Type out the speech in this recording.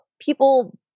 people